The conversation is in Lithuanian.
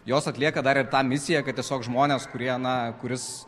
jos atlieka dar ir tą misiją kad tiesiog žmonės kurie na kuris